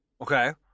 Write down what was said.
Okay